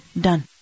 Done